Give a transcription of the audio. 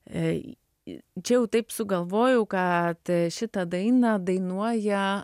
čia jautaip sugalvojau kad šitą dainą dainuoja